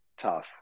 tough